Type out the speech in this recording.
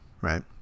right